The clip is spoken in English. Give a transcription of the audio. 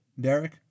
Derek